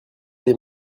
les